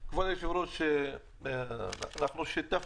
רב, הגיע זמן לעשות עבודה רצינית בתחום הזה.